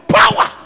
power